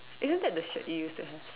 isn't that the shirt you used to have